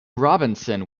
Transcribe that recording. robinson